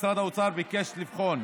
משרד האוצר ביקש לבחון